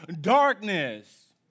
darkness